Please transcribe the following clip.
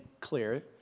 clear